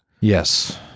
Yes